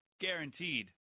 Guaranteed